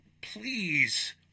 Please